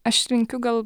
aš linkiu gal